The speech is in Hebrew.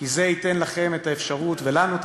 כי זה ייתן לכם את האפשרות ולנו את